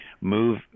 move